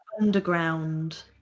underground